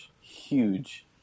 huge